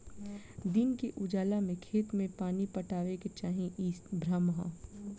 दिन के उजाला में खेत में पानी पटावे के चाही इ भ्रम ह